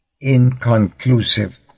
inconclusive